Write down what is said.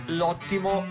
l'ottimo